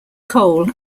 coal